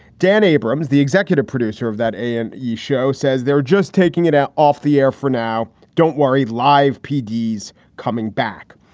dan abrams, the executive producer of that and e show, says they're just taking it out off the air for now. don't worry. live pd coming back.